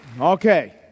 Okay